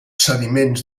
sediments